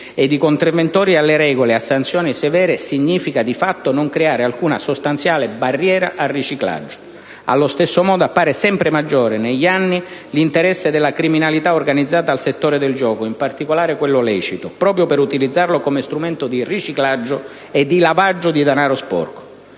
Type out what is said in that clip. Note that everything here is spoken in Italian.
ed i contravventori alle regole a sanzioni severe significa, di fatto, non creare alcuna sostanziale barriera al riciclaggio. Allo stesso modo, appare sempre maggiore negli anni l'interesse della criminalità organizzata al settore del gioco (in particolare quello lecito), proprio per utilizzarlo come strumento di riciclaggio e lavaggio di denaro sporco.